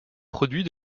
produits